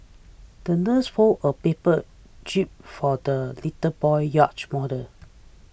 the nurse folded a paper Jib for the little boy's yacht model